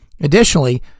Additionally